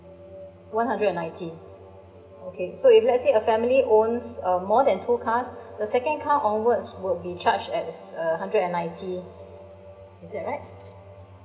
one hundred and ninety okay so if let's say a family owns um more than two cars the second car onwards will be charge as uh hundred and ninety is that right